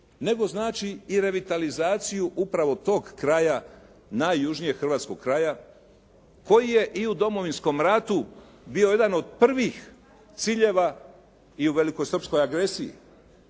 nego znači i revitalizaciju upravo tog kraja, najjužnijeg hrvatskog kraja koji je i u Domovinskom ratu bio jedan od prvih ciljeva i u velikosprkoj agresiji